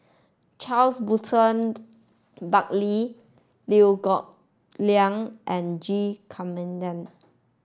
Charles Burton Buckley Liew Geok Leong and G Kandasamy